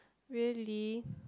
really